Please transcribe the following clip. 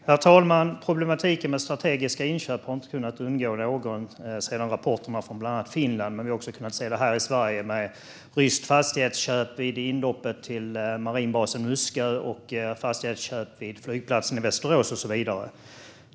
Herr talman! Problematiken med strategiska inköp har inte kunnat undgå någon sedan rapporterna från bland annat Finland kom. Men vi har också kunnat se det här i Sverige med ett ryskt fastighetsköp vid inloppet till marinbasen på Muskö, fastighetsköp vid flygplatsen i Västerås och så vidare.